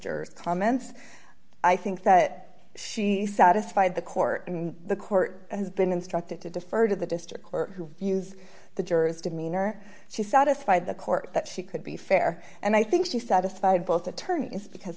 the comments i think that she satisfied the court and the court has been instructed to defer to the district court who use the jurors demeanor she satisfied the court that she could be fair and i think she satisfied both attorneys because